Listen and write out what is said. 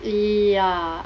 y~ ya